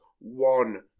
one